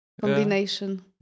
combination